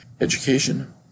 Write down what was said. education